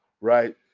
right